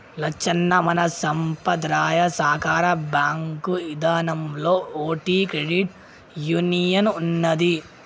లచ్చన్న మన సంపద్రాయ సాకార బాంకు ఇదానంలో ఓటి క్రెడిట్ యూనియన్ ఉన్నదీ